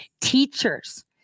teachers